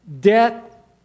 debt